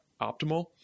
optimal